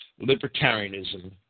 Libertarianism